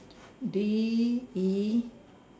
D E